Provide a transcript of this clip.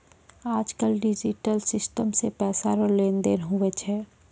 आज कल digital system से पैसा रो लेन देन हुवै छै